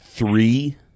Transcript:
Three